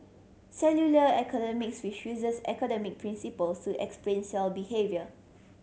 cellular economics which uses economic principle to explain cell behaviour